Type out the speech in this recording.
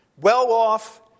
well-off